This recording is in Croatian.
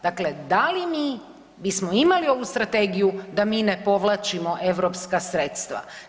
Dakle, da li mi bismo imali ovu strategiju da mi ne povlačimo europska sredstva?